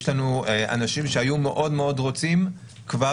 יש לנו אנשים שהיו מאוד-מאוד רוצים כבר